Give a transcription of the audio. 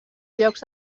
llocs